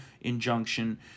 injunction